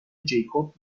جیکوب